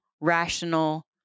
rational